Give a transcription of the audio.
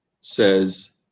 says